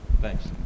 Thanks